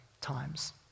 times